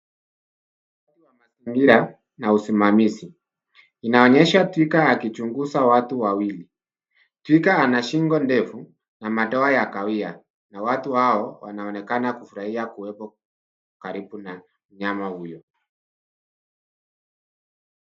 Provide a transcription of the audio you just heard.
Huhifadhi wa mazingira na usimamizi, inaonyesha twiga akichunguza watu wawili. Twiga ana shingo ndefu na madoa ya kawia, na watu hao wanaonekana kufurahia kuwepo karibu na mnyama huyo.